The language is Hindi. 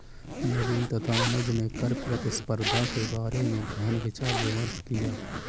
नवीन तथा अनुज ने कर प्रतिस्पर्धा के बारे में गहन विचार विमर्श किया